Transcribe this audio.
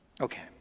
Okay